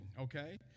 okay